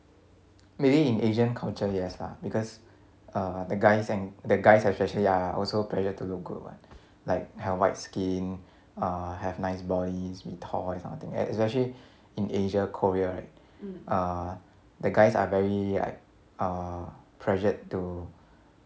maybe in asian culture yes lah because err the guys and the guys especially ya are also pressured to look good what like have white skin err have nice bodies be tall this kind of thing and especially in asia korea right uh are the guys are very like uh pressured to